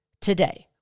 today